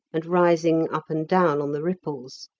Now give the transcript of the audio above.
and rising up and down on the ripples.